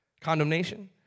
Condemnation